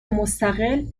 مستقل